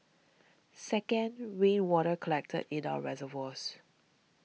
second rainwater collected in our reservoirs